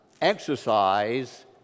exercise